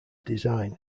design